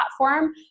platform